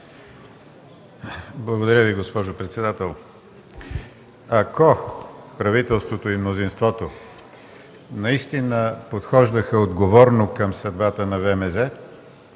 Благодаря Ви, госпожо председател. Ако правителството и мнозинството наистина подхождаха отговорно към съдбата на ВМЗ,